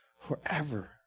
forever